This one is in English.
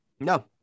No